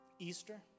Easter